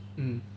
mm